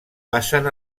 passen